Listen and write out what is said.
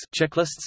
Checklists